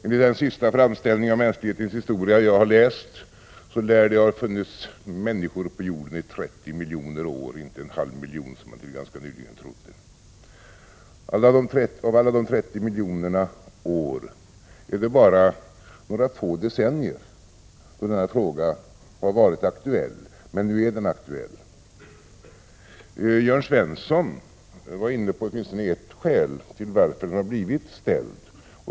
Enligt den senaste framställning av mänsklighetens historia som jag läst lär det ha funnits människor på jorden i 30 miljoner år — inte en halv miljon år, som man ganska nyligen trodde. Av alla de 30 miljonerna år är det bara några få decennier som den här frågan har varit aktuell, men nu är frågan aktuell. Jörn Svensson var inne på åtminstone ett skäl till varför frågan har blivit ställd.